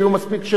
אני מוכרח לומר.